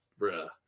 Bruh